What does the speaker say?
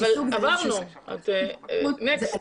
אבל עברנו, נקסט.